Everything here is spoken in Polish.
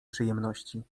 przyjemności